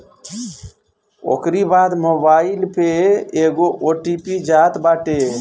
ओकरी बाद मोबाईल पे एगो ओ.टी.पी जात बाटे